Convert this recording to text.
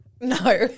No